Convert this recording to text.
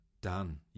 done